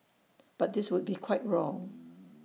but this would be quite wrong